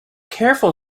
careful